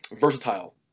versatile